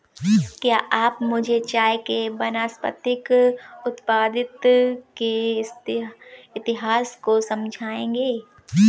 क्या आप मुझे चाय के वानस्पतिक उत्पत्ति के इतिहास को समझाएंगे?